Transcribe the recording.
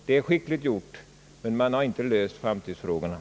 Det är skickligt gjort, men framtidsfrågorna har inte därmed lösts.